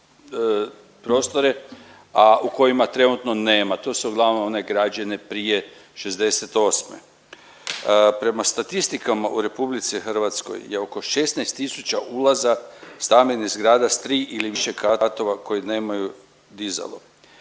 u kojima trenutno nema, to su uglavnom one građene prije '68.. Prema statistikama u RH je oko 16 tisuća ulaza stambenih zgrada s tri ili više katova koje nemaju dizalo.